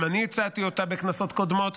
גם אני הצעתי אותה בכנסות קודמות,